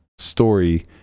story